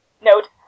Note